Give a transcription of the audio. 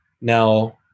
Now